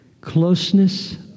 Closeness